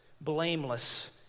blameless